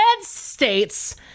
states